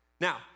Now